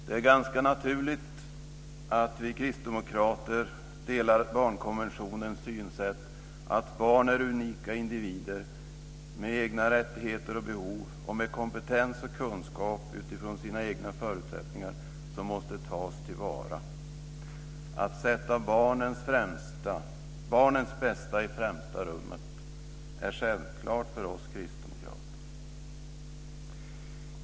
Det är ganska naturligt att vi kristdemokrater delar barnkonventionens synsätt att barn är unika individer med egna rättigheter och behov och med kompetens och kunskap utifrån sina egna förutsättningar som måste tas till vara. Att sätta barnens bästa i främsta rummet är självklart för oss kristdemokrater.